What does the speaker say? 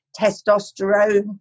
Testosterone